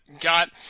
got